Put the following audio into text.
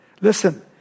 Listen